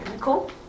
Cool